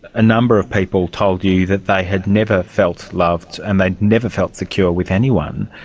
a number of people told you that they had never felt loved and they had never felt secure with anyone.